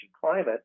climate